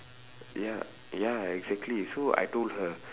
ya ya exactly so I told her